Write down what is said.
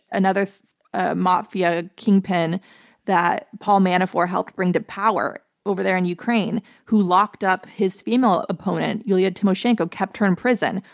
another ah mafia kingpin that paul manafort helped bring to power over there in ukraine, who locked up his female opponent, yulia tymoshenko, kept her in prison.